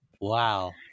Wow